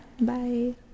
Bye